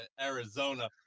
Arizona